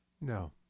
No